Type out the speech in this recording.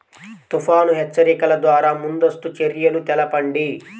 తుఫాను హెచ్చరికల ద్వార ముందస్తు చర్యలు తెలపండి?